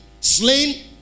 slain